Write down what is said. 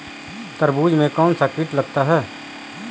तरबूज में कौनसा कीट लगता है?